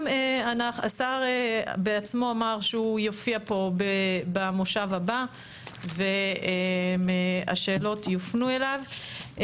השר בעצמו אמר שהוא יופיע פה במושב הבא והשאלות יופנו אליו.